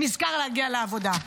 נזכר להגיע לעבודה.